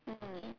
mm